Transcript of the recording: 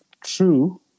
true